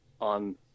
on